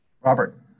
Robert